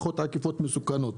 פחות עקיפות מסוכנות.